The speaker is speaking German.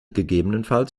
gegebenenfalls